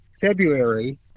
February